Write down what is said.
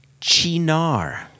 Chinar